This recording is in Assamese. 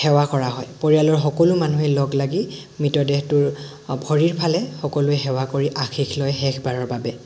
সেৱা কৰা হয় পৰিয়ালৰ সকলো মানুহেই লগ লাগি মৃতদেহটোৰ ভৰিৰ ফালে সকলোৱে সেৱা কৰি আশীষ লয় শেষবাৰৰ বাবে